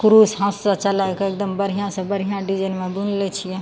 कुरूस हाथसँ चलायके एकदम बढ़िआँ सँ बढ़िआँ डिजाइनमे बुनि लै छियै